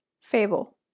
Fable